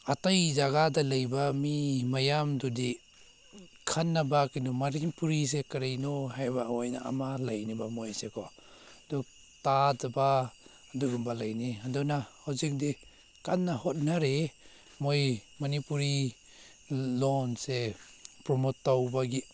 ꯑꯇꯩ ꯖꯒꯥꯗ ꯂꯩꯕ ꯃꯤ ꯃꯌꯥꯝꯗꯨꯗꯤ ꯈꯟꯅꯕ ꯀꯩꯅꯣ ꯃꯅꯤꯄꯨꯔꯤꯁꯦ ꯀꯔꯤꯅꯣ ꯍꯥꯏꯕ ꯑꯣꯏꯅ ꯑꯃ ꯂꯩꯅꯦꯕ ꯃꯣꯏꯁꯦꯀꯣ ꯑꯗꯨ ꯇꯥꯗꯕ ꯑꯗꯨꯒꯨꯝꯕ ꯂꯩꯅꯤ ꯑꯗꯨꯅ ꯍꯧꯖꯤꯛꯇꯤ ꯀꯟꯅ ꯍꯣꯠꯅꯔꯤ ꯃꯣꯏ ꯃꯅꯤꯄꯨꯔꯤ ꯂꯣꯟꯁꯦ ꯄ꯭ꯔꯣꯃꯦꯠ ꯇꯧꯕꯒꯤ